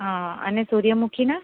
હા અને સૂર્યમુખીના